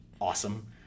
awesome